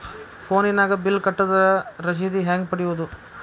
ಫೋನಿನಾಗ ಬಿಲ್ ಕಟ್ಟದ್ರ ರಶೇದಿ ಹೆಂಗ್ ಪಡೆಯೋದು?